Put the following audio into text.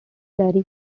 larry